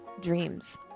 dreams